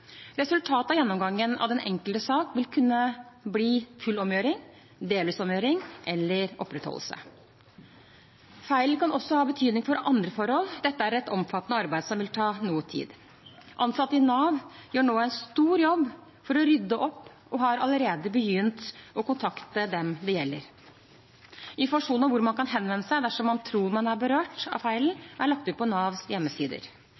Resultatet av gjennomgangen av den enkelte sak vil kunne bli full omgjøring, delvis omgjøring eller opprettholdelse. Feilen kan også ha betydning for andre forhold. Dette er et omfattende arbeid som vil ta noe tid. Ansatte i Nav gjør nå en stor jobb for å rydde opp og har begynt å kontakte dem det gjelder. Informasjon om hvor man kan henvende seg dersom man tror at man er berørt av feilen, er lagt ut på Navs hjemmesider.